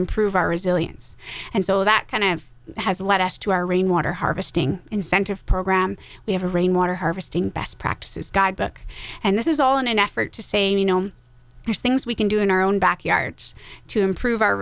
improve our resilience and so that kind of has led us to our rainwater harvesting incentive program we have a rainwater harvesting best practices guidebook and this is all in an effort to say you know there's things we can do in our own backyards to improve our